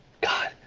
God